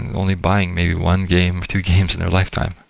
and only buying maybe one game, two games in their lifetime.